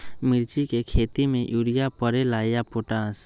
मिर्ची के खेती में यूरिया परेला या पोटाश?